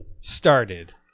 Started